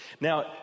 Now